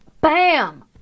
Bam